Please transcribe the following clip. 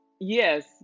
yes